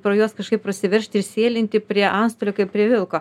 pro juos kažkaip prasiveržti ir sėlinti prie anstolio kaip prie vilko